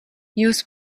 jūs